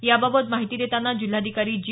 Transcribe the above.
याबाबत माहिती देताना जिल्हाधिकारी जी